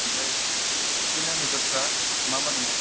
ओमफ्राय बिदिनो मेजरफ्रा मा मा दङ